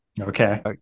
Okay